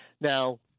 Now